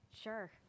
Sure